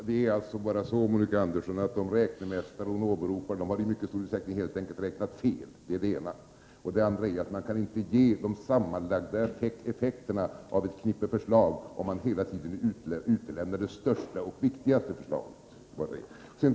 Herr talman! För det första har de räknemästare som Monica Andersson åberopar i mycket stor utsträckning helt enkelt räknat fel. För det andra kan man inte ge sken av att man presenterar de sammanlagda effekterna av ett knippe förslag om man hela tiden utelämnar det största och viktigaste förslaget.